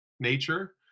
nature